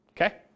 Okay